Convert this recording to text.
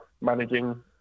managing